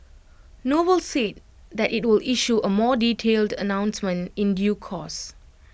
noble said that IT will issue A more detailed announcement in due course